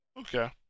Okay